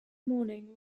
morning